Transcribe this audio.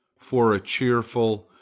for a cheerful,